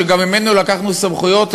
שגם ממנו לקחנו סמכויות,